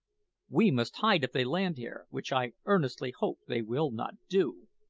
we must hide if they land here, which i earnestly hope they will not do.